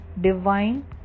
Divine